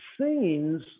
scenes